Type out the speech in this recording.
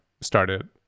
started